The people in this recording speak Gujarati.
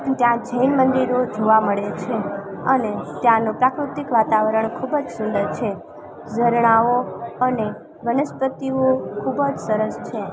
ત્યાં જૈન મંદિરો જોવા મળે છે અને ત્યાંનું પ્રાકૃતિક વાતાવરણ ખૂબ જ સુંદર છે ઝરણાઓ અને વનસ્પતિઓ ખૂબ જ સરસ છે